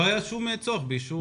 לא היה כל צורך באישור.